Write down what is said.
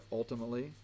ultimately